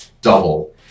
double